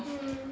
mm